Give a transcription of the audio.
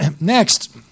Next